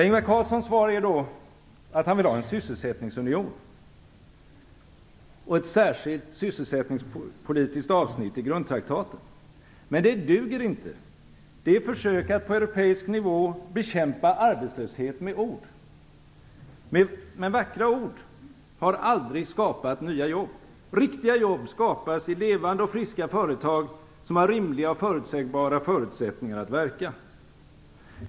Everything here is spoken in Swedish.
Ingvar Carlssons svar är att han vill ha en sysselsättningsunion och ett särskilt sysselsättningspolitiskt avsnitt i grundtraktaten, men det duger inte. Det är ett försök att på europeisk nivå bekämpa arbetslöshet med ord. Men vackra ord har aldrig skapat nya jobb. Riktiga jobb skapas i levande och friska företag som har rimliga och förutsägbara förutsättningar att verka.